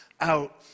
out